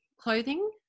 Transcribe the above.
clothing